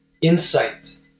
insight